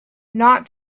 not